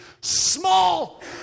small